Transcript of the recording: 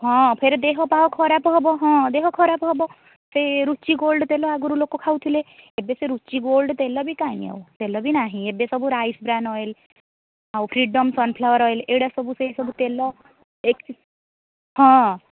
ହଁ ଫେରେ ଦେହପାହ ଖରାପ ହେବ ହଁ ଦେହ ଖରାପ ହେବ ସେଇ ରୁଚି ଗୋଲ୍ଡ ତେଲ ଆଗରୁ ଲୋକ ଖାଉଥିଲେ ଏବେ ସେ ରୁଚି ଗୋଲ୍ଡ ତେଲ ବି କାହିଁ ଆଉ ତେଲ ବି ନାହିଁ ଏବେ ସବୁ ରାଇସ୍ ବ୍ରାନ୍ ଅଏଲ୍ ଆଉ ଫ୍ରିଡ଼ମ୍ ସନ୍ଫ୍ଲାୱାର୍ ଅଏଲ୍ ଏଗୁଡ଼ା ସେ ସବୁ ତେଲ ହଁ